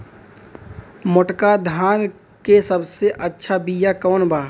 मोटका धान के सबसे अच्छा बिया कवन बा?